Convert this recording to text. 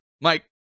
Mike